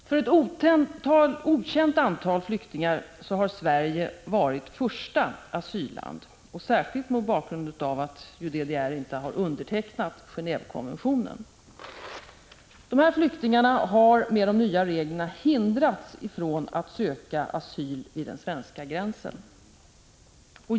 För ett okänt antal flyktingar har Sverige varit första asylland, särskilt mot bakgrund av att DDR ju inte undertecknat Genåvekonventionen. Dessa flyktingar har med de nya reglerna hindrats från att söka asyl vid den svenska gränsen.